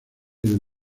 del